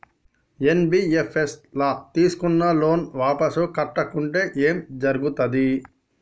NBFS ల తీస్కున్న loan వాపస్ కట్టకుంటే ఏం జర్గుతది?